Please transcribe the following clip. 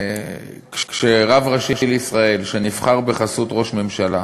כשרב ראשי לישראל שנבחר בחסות ראש ממשלה,